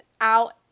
out